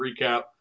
recap